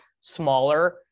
smaller